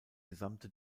gesamte